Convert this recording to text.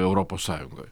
europos sąjungoj